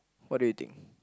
what do you think